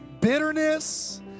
bitterness